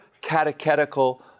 catechetical